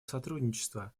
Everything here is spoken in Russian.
сотрудничества